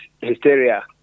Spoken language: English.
hysteria